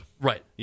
Right